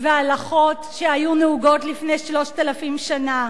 והלכות שהיו נהוגות לפני 3,000 שנה,